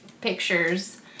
pictures